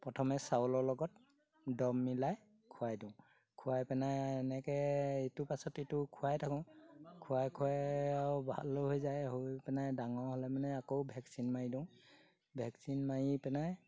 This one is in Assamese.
প্ৰথমে চাউলৰ লগত দৰৱ মিলাই খুৱাই দিওঁ খুৱাই পিনাই এনেকৈ ইটো পাছত ইটো খুৱাই থাকোঁ খুৱাই খুৱাই আৰু ভাল হৈ যায় হৈ পেনাই ডাঙৰ হ'লে মানে আকৌ ভেকচিন মাৰি দিওঁ ভেকচিন মাৰি পেনাই